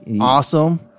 awesome